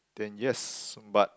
then yes but